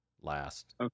last